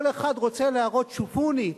כל אחד רוצה להראות: שופוני,